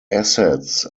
assets